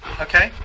Okay